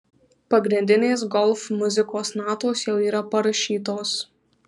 pagrindinės golf muzikos natos jau yra parašytos